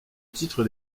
titre